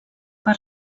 per